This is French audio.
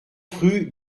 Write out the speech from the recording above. rue